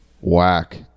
whack